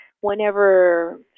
Whenever